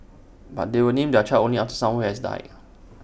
but they will name their child only after someone who has died